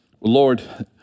Lord